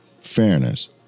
fairness